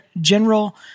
general